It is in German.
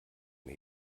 mir